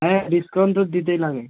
হ্যাঁ ডিসকাউন্ট তো দিতেই লাগে